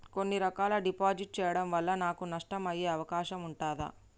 కొన్ని రకాల డిపాజిట్ చెయ్యడం వల్ల నాకు నష్టం అయ్యే అవకాశం ఉంటదా?